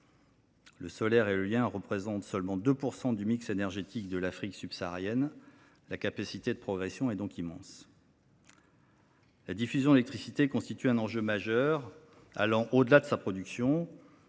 Le solaire et l’éolien représentent seulement 2 % du mix énergétique de l’Afrique subsaharienne. La capacité de progression est donc immense. La diffusion de l’électricité constitue un enjeu majeur, allant au delà de sa production.